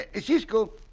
Cisco